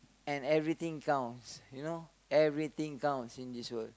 and everything counts you know everything counts in this world